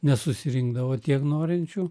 nesusirinkdavo tiek norinčių